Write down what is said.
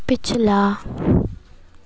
पिछला